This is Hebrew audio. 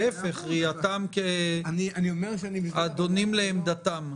להיפך, ראייתם כאדונים לעמדתם.